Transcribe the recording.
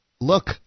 Look